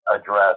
address